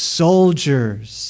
soldiers